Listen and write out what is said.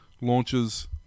launches